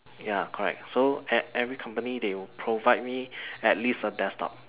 ya correct so at every company they would provide me at least a desktop